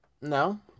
No